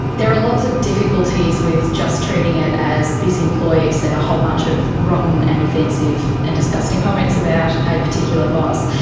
there are lots of difficulties with just treating it as this employee said a whole bunch of rotten and offensive and disgusting comments about a particular boss.